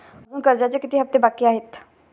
अजुन कर्जाचे किती हप्ते बाकी आहेत?